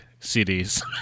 CDs